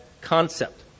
concept